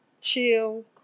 chill